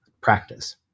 practice